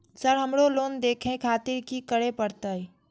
Sir हमरो loan देखें खातिर की करें परतें?